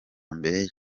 mbere